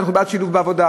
אנחנו בעד שילוב בעבודה,